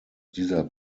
dieser